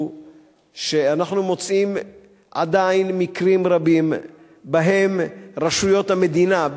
הוא שאנחנו מוצאים עדיין מקרים רבים שבהם רשויות המדינה,